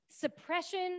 suppression